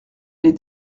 les